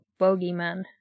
bogeyman